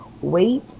wait